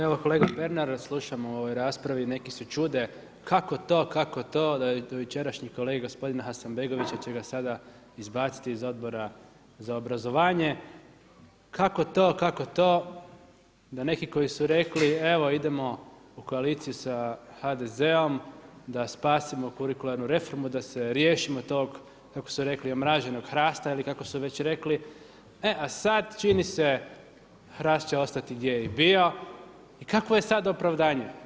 Evo kolega Pernar slušamo u ovoj raspravi, neki se čude, kako to, kako to, da dojučerašnji kolega gospodin Hasanbegović, kako će ga sada izbaciti iz Odbora za obrazovanje, kako to, kako to, da neki koji su rekli evo idemo u koaliciju sa HDZ-om, da spasimo kurikularnu reformu, da se riješimo tog kako su rekli omraženog HRAST-a ili kako su već rekli, e a sad čini se, HRAST će ostati gdje je i bio i kakvo je sad opravdanje?